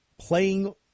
playing